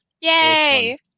Yay